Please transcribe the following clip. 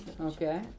okay